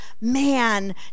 man